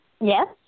Yes